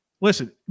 listen